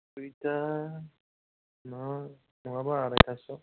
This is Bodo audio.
दुइथा नङाब्ला आराइथासोआव